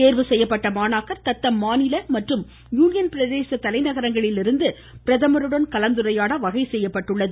தேர்வு செய்யப்பட்ட மாணவர்கள் தத்தம் மாநில மற்றும் யூனியன் பிரதேச தலைநகரங்களிலிருந்து பிரதமருடன் கலந்துரையாட வகை செய்யப்பட்டுள்ளது